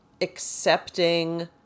accepting